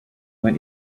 went